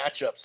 matchups